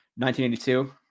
1982